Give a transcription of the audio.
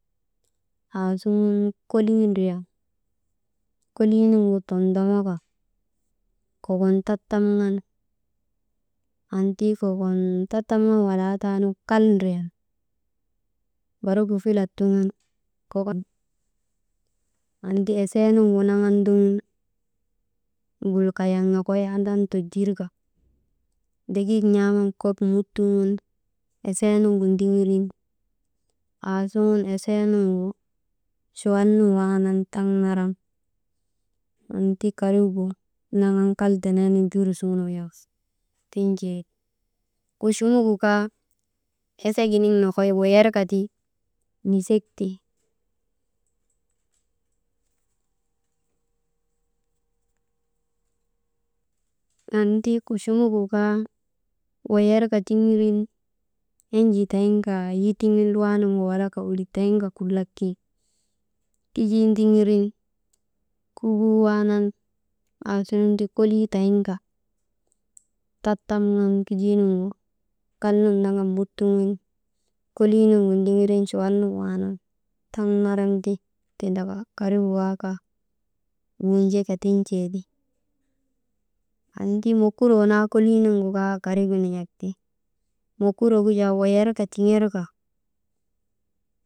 Aasuŋun kolii ndriyan, kolii nuŋgu tondomoka, kokon tattamaŋan annti kokon tattamaŋan walaa taanu, kal ndriyan barigu filat suŋun annti esee nuŋgu naŋan ndogun, mbul, kayaŋ nokoy andan tojir ka, degik n̰aaman kok mut tuŋun esee nuŋgu ndigirin aasuŋun esee nuŋgu chuwal nun waanan taŋ naran, anti karigu naŋan kal teneenu jur suŋ won̰aka tin̰tee ti. Kuchumugu kaa esek giniŋ nokoy woyer ka ti, nisek ti. Annti kuchumugu kaa wuyer ka tiŋirin, enjii tayiŋka yitiŋin luwaa nuŋgu walaka oolik tayinka kulak kin, kijii ndigirin kubuu waanan, aasuŋun kolii tayin ka tattamaŋan kijii nuŋgu, kalnun naŋan mut tuŋun kolii nuŋu ndigirin chuwal nunwaanan taŋ naran ti tindaka karigu waaka wuunjeka tin̰tee ti. Anti mokuroo naa kolii nuŋgu kaa karigu nin̰ak ti. Mokurok gu jaa wuyerka tinŋer ka.